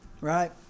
right